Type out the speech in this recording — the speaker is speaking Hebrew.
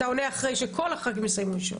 אתה עונה אחרי שכל הח"כים יסיימו לשאול.